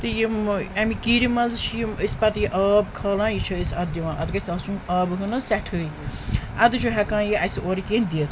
تہٕ یِم ٲں امہِ کِیٖر منٛز چھِ یِم أسۍ پَتہٕ یہِ آب کھالان یہِ چھِ أسۍ اَتھ دِوان اَتھ گَژھہِ آسُن آبہٕ ہان حظ سٮ۪ٹھہٕے اَدٕ چھُ ہیٚکان یہِ اسہِ اورٕ کیٚنٛہہ دِتھ